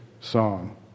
song